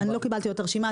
עדיין לא קיבלתי את הרשימה,